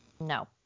No